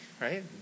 right